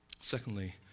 Secondly